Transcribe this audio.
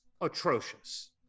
atrocious